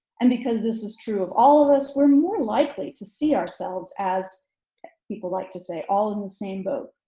and because this is true of all of us were more likely to see ourselves, as people like to say, all in the same boat.